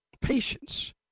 Patience